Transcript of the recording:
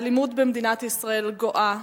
האלימות במדינת ישראל גואה,